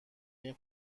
این